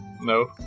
No